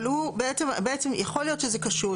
אבל הוא, בעצם יכול להיות שזה קשור.